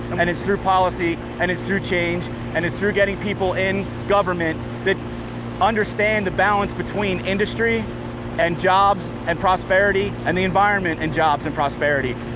and it's through policy, and it's through change and it's through getting people in government that understand the balance between industry and jobs and prosperity, and the environment and jobs and prosperity.